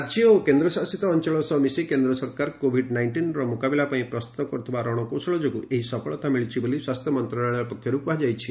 ରାଜ୍ୟ ଓ କେନ୍ଦ୍ରଶାସତ ଅଞ୍ଚଳ ସହ ମିଶି କେନ୍ଦ୍ର ସରକାର କୋବିଡ ନାଇଷ୍ଟିନର ମୁକାବିଲା ପାଇଁ ପ୍ରସ୍ତୁତ କରୁଥିବା ରଣକୌଶଳ ଯୋଗୁଁ ଏହି ସଫଳତା ମିଳିଛି ବୋଲି ସ୍ୱାସ୍ଥ୍ୟ ମନ୍ତ୍ରଣାଳୟ କହିଛି